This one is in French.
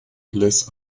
laisse